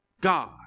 God